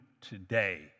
today